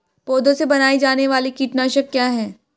पौधों से बनाई जाने वाली कीटनाशक क्या है?